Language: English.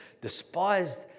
despised